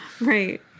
Right